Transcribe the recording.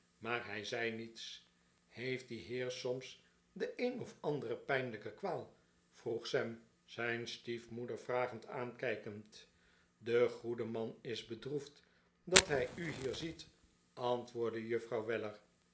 maar hij zei niets heeft die heer soms de een of andere pijnlijke kwaal vroeg sam zijn stiefmoeder vragend aarikijkend de goede man is bedroefd dat hij u hier ziet antwoordde juffrouw